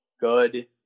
Good